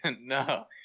No